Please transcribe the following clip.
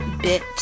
bit